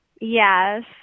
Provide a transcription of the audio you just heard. Yes